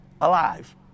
alive